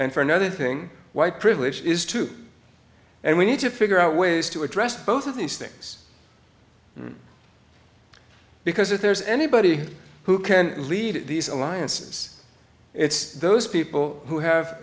and for another thing white privilege is to and we need to figure out ways to address both of these things because if there's anybody who can lead these alliances it's those people who have